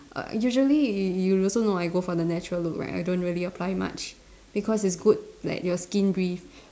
err usually y~ you also know I go for the natural look right I don't really apply much because it's good let your skin breathe